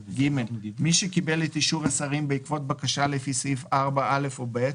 מי שקיבל את אישור השרים בעקבות בקשה לפי סעיף 4(א) או (ב)